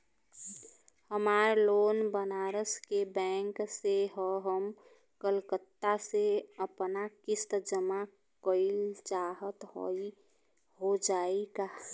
हमार लोन बनारस के बैंक से ह हम कलकत्ता से आपन किस्त जमा कइल चाहत हई हो जाई का?